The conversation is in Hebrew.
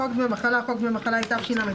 חוק דמי מחלה, חוק דמי מחלה, התשל"ו-1976.